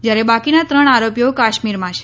જ્યારે બાકીના ત્રણ આરોપીઓ કાશ્મીરમાં છે